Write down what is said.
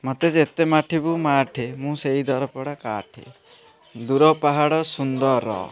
ମୋତେ ଯେତେ ମାଠିବୁ ମାଠେ ମୁଁ ସେଇ ଦରପୋଡ଼ା କାଠେ ଦୂର ପାହାଡ଼ ସୁନ୍ଦର